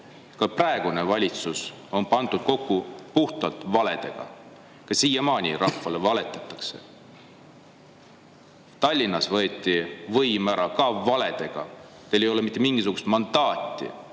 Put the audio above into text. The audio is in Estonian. Ka praegune valitsus on pandud kokku puhtalt valedega ja siiamaani rahvale valetatakse. Tallinnas võeti võim ära ka valedega. Teil ei ole mitte mingisugust mandaati.